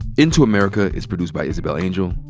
into america is produced by isabel angel,